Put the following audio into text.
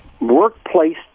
workplace